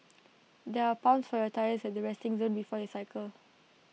there are pumps for your tyres at the resting zone before you cycle